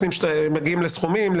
מגיעים לסכומים,